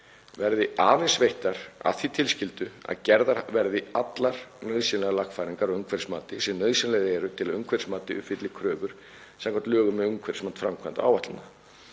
verði aðeins veittar að því tilskildu að gerðar verði allar nauðsynlegar lagfæringar á umhverfismati sem nauðsynlegar eru til að umhverfismatið uppfylli kröfur samkvæmt lögum um umhverfismat framkvæmda og áætlana.